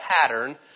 pattern